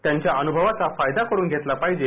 त्यांच्या अनुभवाचा फायदा करून घेतला पाहिजे